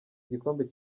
igikombe